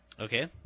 Okay